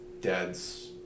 dad's